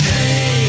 Hey